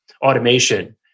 automation